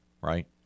right